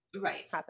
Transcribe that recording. Right